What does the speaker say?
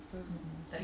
takpe